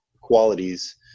qualities